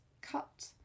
cut